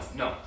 no